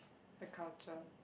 the culture